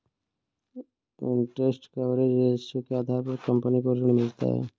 interest coverage ratio के आधार पर कंपनी को ऋण मिलता है